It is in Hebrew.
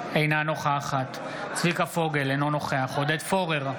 אינה נוכחת צביקה פוגל, אינו נוכח עודד פורר,